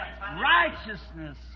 righteousness